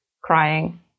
crying